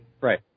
right